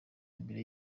imbere